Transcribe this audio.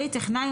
(ה) טכנאי,